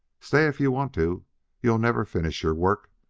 stay if you want to you'll never finish your work.